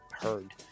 heard